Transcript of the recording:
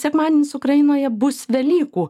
sekmadienis ukrainoje bus velykų